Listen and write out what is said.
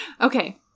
Okay